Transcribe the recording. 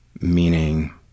meaning